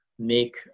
make